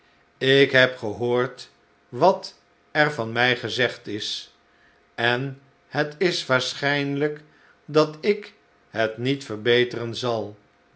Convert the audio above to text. ik heb gehoord wat er van mij gezegd is en het is waarschijnlijk dat ik het niet verbeteren zal